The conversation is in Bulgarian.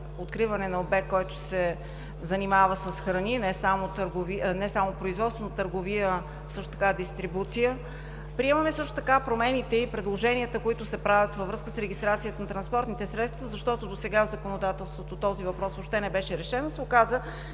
откриване на обект, който се занимава с храни, не само производство, но търговия, а също така и дистрибуция. Приемаме също така промените и предложенията, които се правят във връзка с регистрация на транспортните средства, защото досега в законодателството този въпрос въобще не беше решен,